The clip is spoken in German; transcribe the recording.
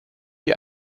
die